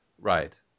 Right